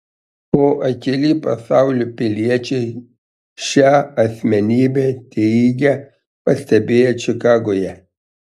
o akyli pasaulio piliečiai šią asmenybę teigia pastebėję čikagoje